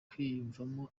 kwiyumvamo